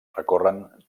recorren